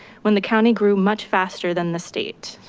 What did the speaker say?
when the county grew much faster than the state.